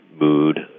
mood